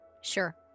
Sure